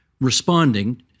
responding